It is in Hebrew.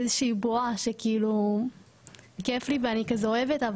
באיזושהי בועה שכאילו כיף לי ואני כזה אוהבת,